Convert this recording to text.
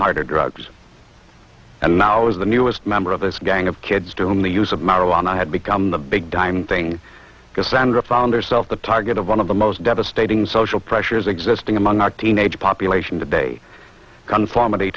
harder drugs and now is the newest member of this gang of kids to home the use of marijuana had become the big time thing because sandra found herself the target of one of the most devastating social pressures existing among our teenage population today conformity